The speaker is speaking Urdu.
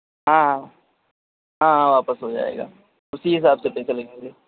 ہاں ہاں ہاں ہاں واپس ہو جائے گا اسی حساب سے پیسے لگیں گے